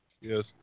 Yes